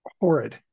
horrid